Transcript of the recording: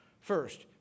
First